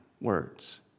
words